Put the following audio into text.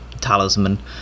talisman